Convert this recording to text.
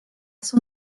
son